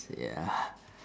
yeah